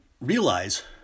realize